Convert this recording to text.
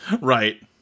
right